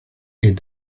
est